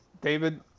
David